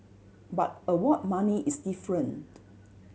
but award money is different